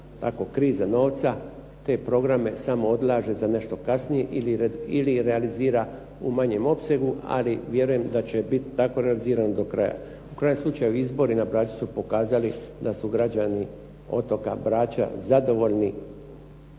kriza novca te programe samo odlaže za nešto kasnije ili ih realizira u manjem opsegu. Ali vjerujem da će biti tako realizirano do kraja. U krajnjem slučaju izbori na Braču su pokazali da su građani otoka Brača zadovoljni